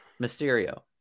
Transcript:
Mysterio